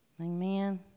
Amen